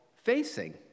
facing